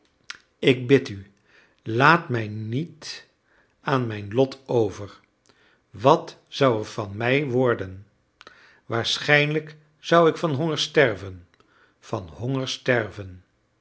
ik bid u laat mij niet aan mijn lot over wat zou er van mij worden waarschijnlijk zou ik van honger sterven van honger sterven